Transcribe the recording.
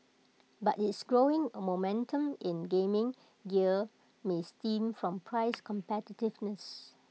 but its growing momentum in gaming gear may stem from price competitiveness